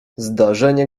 zdarzenie